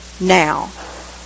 now